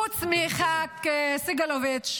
חוץ מחה"כ סגלוביץ'